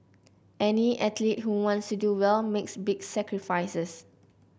any athlete who wants to do well makes big sacrifices